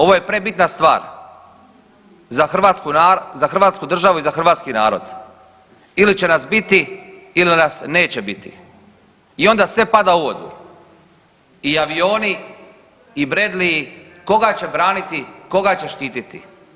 Ovo je prebitna stvar za Hrvatsku državu i za hrvatski narod ili će nas biti ili nas neće biti i onda sve pada u vodu i avioni i Bradley-i, koga će braniti koga će štititi.